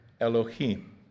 Elohim